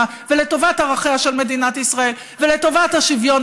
ולטובת ערכיה של מדינת ישראל ולטובת השוויון.